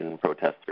protesters